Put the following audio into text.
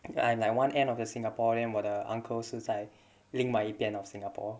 I am like one end of the singapore then 我的 uncle 是在另外一边 of singapore